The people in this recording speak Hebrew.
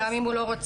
גם אם הוא לא רוצה?